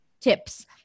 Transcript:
tips